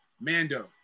Mando